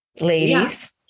ladies